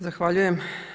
Zahvaljujem.